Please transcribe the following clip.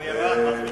פגעת בי אישית.